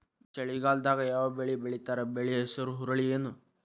ಚಳಿಗಾಲದಾಗ್ ಯಾವ್ ಬೆಳಿ ಬೆಳಿತಾರ, ಬೆಳಿ ಹೆಸರು ಹುರುಳಿ ಏನ್?